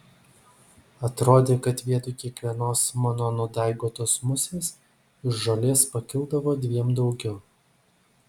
atrodė kad vietoj kiekvienos mano nudaigotos musės iš žolės pakildavo dviem daugiau